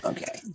Okay